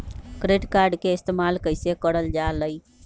Credit card के इस्तेमाल कईसे करल जा लई?